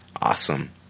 Awesome